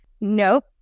nope